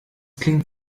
klingt